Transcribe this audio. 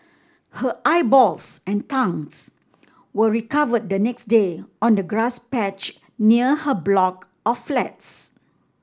her eyeballs and tongues were recovered the next day on a grass patch near her block of flats